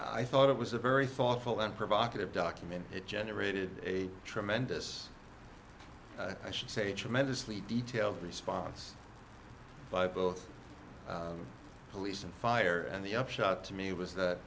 i thought it was a very thoughtful and provocative document it generated a tremendous i should say tremendously detailed response by both police and fire and the upshot to me was